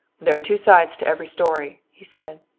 there are two sides to every story, he said.